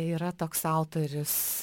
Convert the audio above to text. yra toks autorius